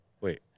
wait